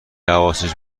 حواسش